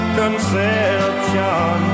conception